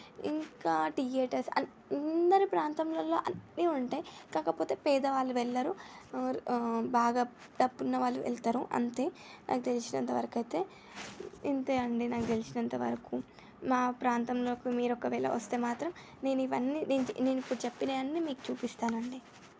ఇంకా థియేటర్స్ అందరి ప్రాంతంలో అన్నీ ఉంటాయి కాకపోతే పేదవాళ్ళు వెళ్ళరు బాగా డబ్బున్న వాళ్ళు వెళతారు అంతే నాకు తెలిసినంత వరకైతే ఇంతే అండి నాకు తెలిసినంత వరకు మా ప్రాంతంలోకి మీరు ఒకవేళ వస్తే మాత్రం నేను ఇవన్నీ నేను నేను ఇప్పుడు చెప్పినవన్నీ మీకు చూపిస్తాను అండి